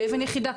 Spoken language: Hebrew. כאבן יחידה,